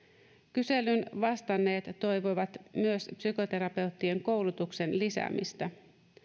kyselyyn vastanneet toivovat myös psykoterapeuttien koulutuksen lisäämistä